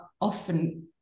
often